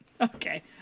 Okay